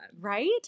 Right